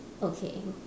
okay